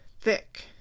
thick